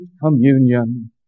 communion